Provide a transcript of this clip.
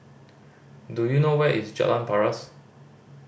do you know where is Jalan Paras